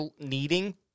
needing